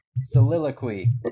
Soliloquy